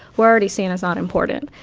we're already seen as not important,